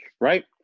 right